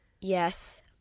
Yes